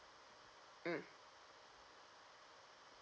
mm